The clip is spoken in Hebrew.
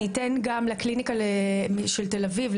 אני אתן גם לקליניקה של תל אביב,